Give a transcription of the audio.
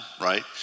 right